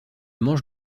mange